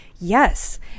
Yes